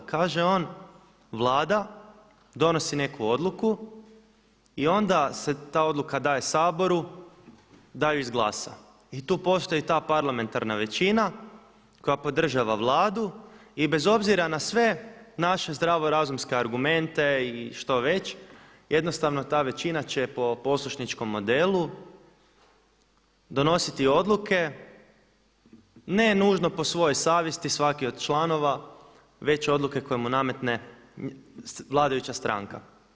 Kaže on, Vlada donosi neku odluku i onda se ta odluka daje Saboru da ju izglasa i tu postoji ta parlamentarna većina koja podržava Vladu i bez obzira na sve naše zdravorazumske argumente ili što već, jednostavno ta većina će po poslušničkom modelu donositi odluke ne nužno po svojoj savjesti svaki od članova, već odluke koje mu nametne vladajuća stranka.